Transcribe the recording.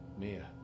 Mia